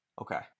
Okay